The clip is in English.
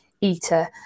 eater